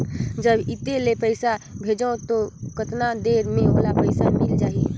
जब इत्ते ले पइसा भेजवं तो कतना देरी मे ओला पइसा मिल जाही?